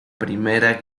primera